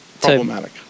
Problematic